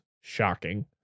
Shocking